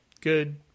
good